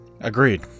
Agreed